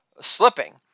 slipping